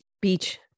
beach